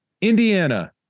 Indiana